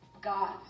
God